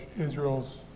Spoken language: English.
Israel's